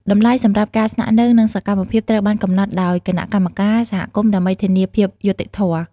តម្លៃសម្រាប់ការស្នាក់នៅ និងសកម្មភាពត្រូវបានកំណត់ដោយ គណៈកម្មការ សហគមន៍ដើម្បីធានាភាពយុត្តិធម៌។